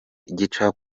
gica